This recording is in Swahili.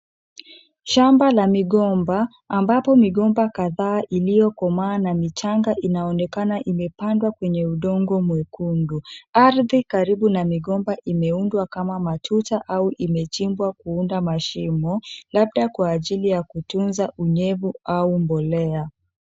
Shamba la migomba, ambapo migomba kadhaa iliyokomaa na michanga inaonekana imepandwa kwenye udongo mwekundu. Ardhi karibu na migomba imeundwa kama matuta au imechimbwa kuunda mashimo, labda kwa ajili ya kutunza unyevu au mbolea.